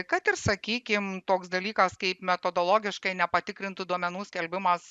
kad ir sakykim toks dalykas kaip metodologiškai nepatikrintų duomenų skelbimas